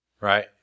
Right